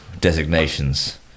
designations